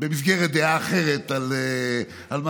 במסגרת דעה אחרת על משהו,